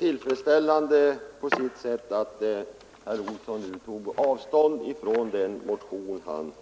Herr talman! Det var ju på sitt sätt tillfredsställande att herr Olsson i Järvsö nu tog avstånd från den motion han